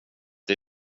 det